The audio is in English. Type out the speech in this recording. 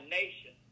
nation